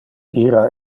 ira